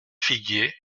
figuier